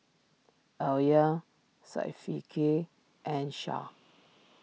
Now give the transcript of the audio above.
Alya Syafiqah and Shah